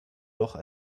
doch